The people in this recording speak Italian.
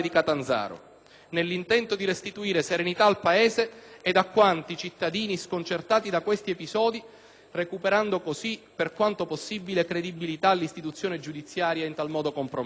nell'intento di restituire serenità al Paese ed ai tanti cittadini sconcertati da questi episodi recuperando così, per quanto possibile, credibilità all'istituzione giudiziaria in tal modo compromessa.